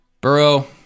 Burrow